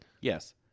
Yes